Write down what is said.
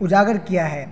اجاگر کیا ہے